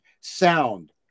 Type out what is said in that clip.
sound